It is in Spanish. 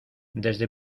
desde